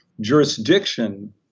jurisdiction